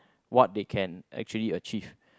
what they can actually achieve